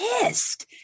pissed